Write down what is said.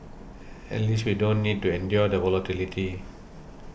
at least we don't need to endure the volatility